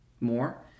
more